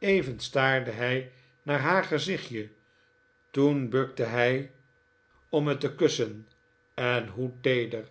even staarde hij naar haar gezichtje toen bukte hij om emily's geschiedenis het te kussen o hoe teeder